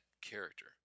character